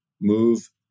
move